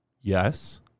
yes